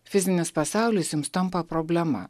fizinis pasaulis jums tampa problema